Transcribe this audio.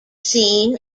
seen